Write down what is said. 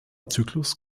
zyklus